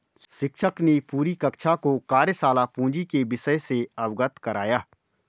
शिक्षक ने पूरी कक्षा को कार्यशाला पूंजी के विषय से अवगत कराया